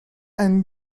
and